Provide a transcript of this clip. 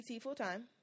full-time